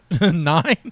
nine